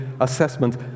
assessment